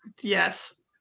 Yes